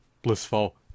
blissful